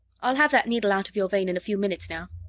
i'll have that needle out of your vein in a few minutes now.